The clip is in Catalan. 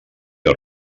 del